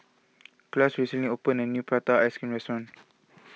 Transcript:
Clarnce recently opened a new Prata Ice Cream restaurant